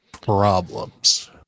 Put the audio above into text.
problems